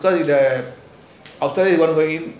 so with the outsiders you want bring in